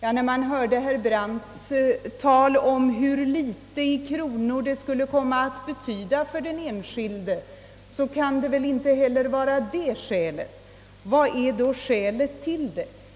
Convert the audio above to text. Eftersom herr Brandt talade om hur litet det skulle komma att betyda i kronor för den enskilde, kan väl detta inte vara skälet. Vad är då skälet?